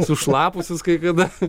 sušlapusius kai kada